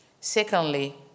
Secondly